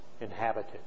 inhabited